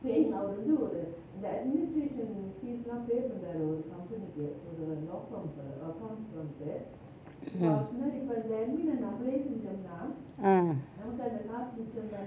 mm mm